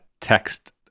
text